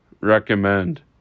recommend